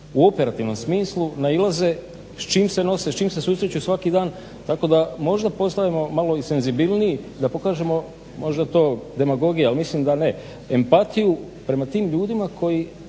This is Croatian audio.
u operativnom smislu nailaze s čim se nose, s čim se susreću svaki dan, tako da možda postanemo malo i senzibilniji da pokažemo, možda je to demagogija ali mislim da ne empatiju prema tim ljudima koji